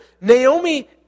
Naomi